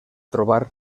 trobar